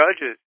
judges